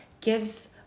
gives